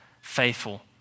faithful